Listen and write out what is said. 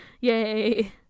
yay